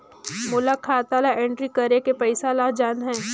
मोला खाता ला एंट्री करेके पइसा ला जान हे?